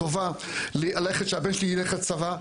טובה ללכת שהבן שלי ילך לצבא,